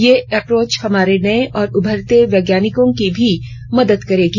ये एप्रोच हमारे नए और उभरते वैज्ञानिकों को भी मदद करेगी